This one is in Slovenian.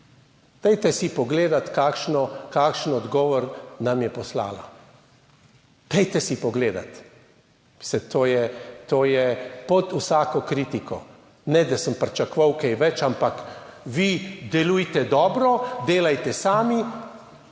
Dajte si pogledati, kakšno, kakšen odgovor nam je poslala, pojdite si pogledati. Saj to je, to je pod vsako kritiko. Ne da sem pričakoval kaj več, ampak vi delujte dobro, delajte sami,